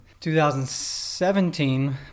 2017